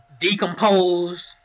decomposed